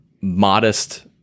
modest